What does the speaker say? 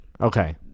Okay